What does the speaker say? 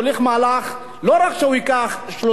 לא רק שהוא ייקח 3 מיליארד שקל,